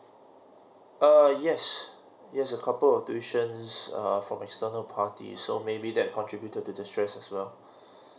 err yes yes a couple of tuitions err from external party so maybe that contributed to the stress as well